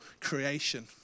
creation